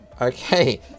Okay